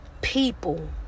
people